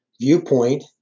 viewpoint